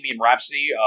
Rhapsody